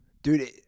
Dude